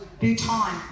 Bhutan